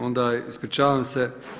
Onda ispričavam se.